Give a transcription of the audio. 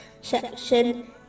section